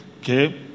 okay